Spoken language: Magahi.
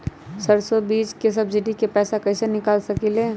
सरसों बीज के सब्सिडी के पैसा कईसे निकाल सकीले?